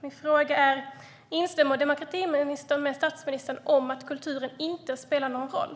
Min fråga är: Instämmer demokratiministern med statsministern om att kulturen inte spelar någon roll?